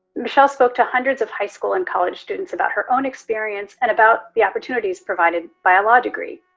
michelle spoke to hundreds of high school and college students about her own experience and about the opportunities provided by a law degree.